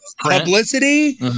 publicity